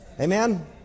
Amen